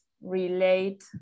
relate